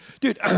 Dude